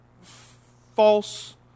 false